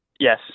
Yes